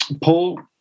Paul